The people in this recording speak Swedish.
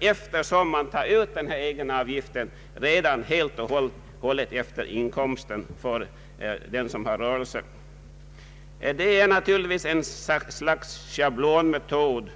eftersom egenavgiften tas ut med hänsyn till inkomsten för den som har rörelse. Det är naturligtvis ett slags schablonmetod.